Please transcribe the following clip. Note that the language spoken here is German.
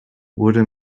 wurde